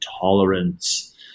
tolerance